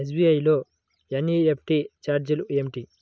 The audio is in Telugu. ఎస్.బీ.ఐ లో ఎన్.ఈ.ఎఫ్.టీ ఛార్జీలు ఏమిటి?